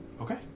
Okay